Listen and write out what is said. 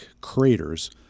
craters